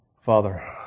Father